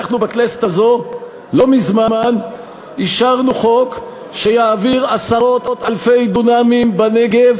אנחנו בכנסת הזאת לא מזמן אישרנו חוק שיעביר עשרות אלפי דונמים בנגב